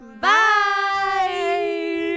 bye